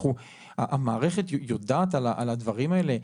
המערכת יודעת על הדברים האלה.